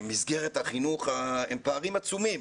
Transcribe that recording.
מסגרת החינוך הם פערים עצומים.